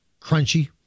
crunchy